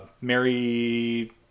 Mary